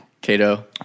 Cato